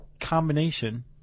combination